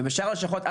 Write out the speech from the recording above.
ובשאר הלשכות,